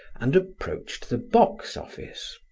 and approached the box-office.